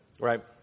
right